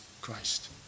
Christ